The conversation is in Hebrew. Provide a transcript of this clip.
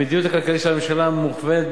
המדיניות הכלכלית של הממשלה מכוונת,